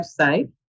website